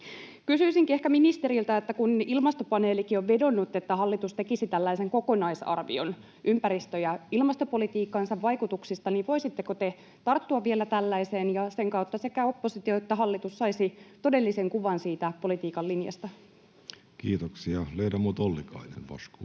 Kysyisinkin ehkä ministeriltä, että kun Ilmastopaneelikin on vedonnut, että hallitus tekisi tällaisen kokonaisarvion ympäristö- ja ilmastopolitiikkansa vaikutuksista, niin voisitteko te tarttua vielä tällaiseen ja sen kautta sekä oppositio että hallitus saisivat todellisen kuvan siitä politiikan linjasta. [Speech 344] Speaker: Jussi